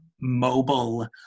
mobile